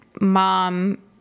mom